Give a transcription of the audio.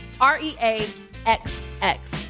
R-E-A-X-X